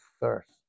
thirst